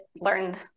learned